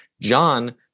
John